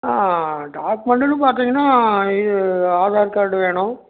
ஆ டாக்மெண்ட்டுன்னு பார்த்தீங்கன்னா இது ஆதார் கார்டு வேணும்